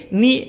ni